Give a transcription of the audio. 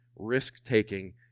risk-taking